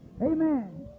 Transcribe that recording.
Amen